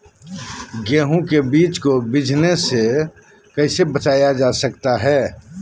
गेंहू के बीज को बिझने से कैसे बचाया जा सकता है?